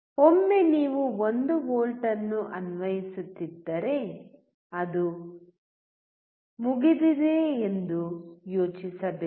ಒಮ್ಮೆ ನೀವು 1 ವೋಲ್ಟ್ ಅನ್ನು ಅನ್ವಯಿಸುತ್ತಿದ್ದರೆ ಅದು ಮುಗಿದಿದೆ ಎಂದು ಯೋಚಿಸಬೇಡಿ